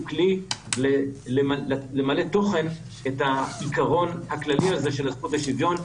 כלי למלא תוכן את העיקרון הכללי הזה של הזכות לשוויון.